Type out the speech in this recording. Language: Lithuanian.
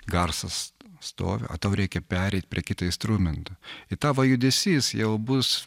garsas stovi o tau reikia pereit prie kito istrumento i tavo judesys jau bus